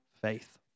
faith